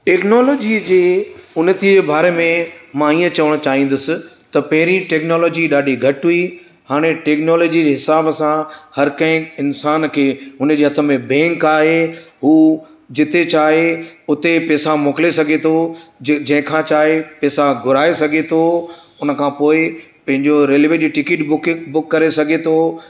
technology जे उनती बारे में मां इहा चवणु चाहींदुसि त पहिरियोंटेक्नोलॉजी ॾाढी घटि हुई हाणे टेक्नोलॉजी जे हिसाब सां हर कंहिं इंसान खे हुन जे हथ में बैंक आहे उहो जिथे चाहे उते पेसा मोकिले सघे थो जे जंहिंखां चाहे पेसा घुराए सघे थो उन खां पोइ पैंजो रेलवे जी टिकट बुक बुक करे थो सघे थो